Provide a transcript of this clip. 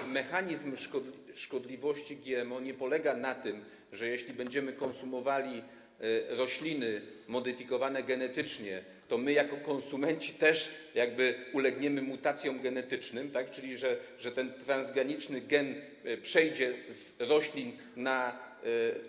Otóż mechanizm szkodliwości GMO nie polega na tym, że jeśli będziemy konsumowali rośliny modyfikowane genetycznie, to my jako konsumenci też ulegniemy mutacjom genetycznym, czyli że ten transgraniczny gen przejdzie z roślin na